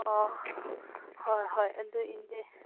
ꯑꯣ ꯍꯣꯏ ꯍꯣꯏ ꯑꯗꯨ